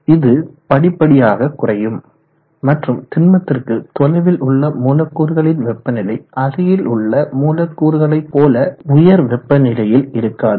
இது படிப்படியாக குறையும் மற்றும் திண்மத்திற்கு தொலைவில் உள்ள மூலக்கூறுகளின் வெப்பநிலை அருகில் உள்ள மூலக்கூறுகளைப்போல உயர் வெப்பநிலையில் இருக்காது